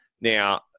Now